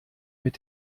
mit